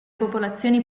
popolazioni